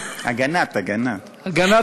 הגנת, הגנת, הגנת.